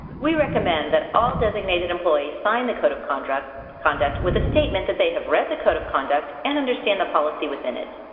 we recommend that all designated employees sign the code of conduct conduct with a statement that they have read the code of conduct and understand the policy within it.